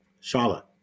Charlotte